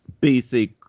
basic